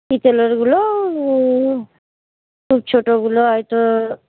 পিতলেরগুলো খুব ছোটগুলো হয়ত